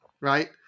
right